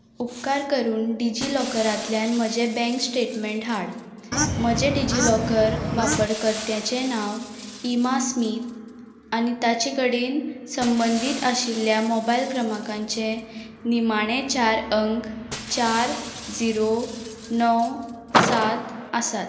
उपकार करून डिजी लॉकरांतल्यान म्हजें बँक स्टेटमँट हाड म्हजें डिजी लॉकर वापरकर्त्याचें नांव इमा स्मीथ आनी ताचे कडेन संबंदीत आशिल्ल्या मोबायल क्रमांकाचे निमाणे चार अंक चार झिरो णव सात आसात